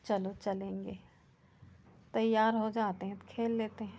चलो चलेंगे तैयार हो जाते हैं तो खेल लेते हैं